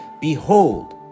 behold